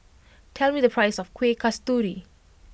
tell me the price of Kueh Kasturi